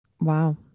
wow